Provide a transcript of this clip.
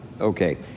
Okay